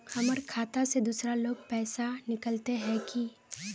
हमर खाता से दूसरा लोग पैसा निकलते है की?